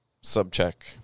sub-check